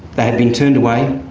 they have been turned away,